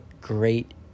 great